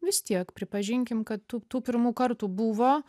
vis tiek pripažinkim kad tų tų pirmų kartų buvo